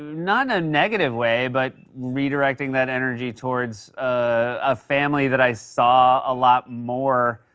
not in a negative way, but redirecting that energy towards a family that i saw a lot more,